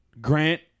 Grant